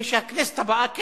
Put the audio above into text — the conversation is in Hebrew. זה שהכנסת הבאה,